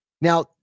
now